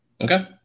Okay